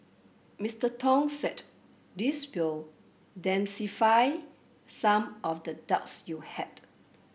Mister Tong said this will demystify some of the doubts you had